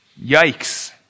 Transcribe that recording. Yikes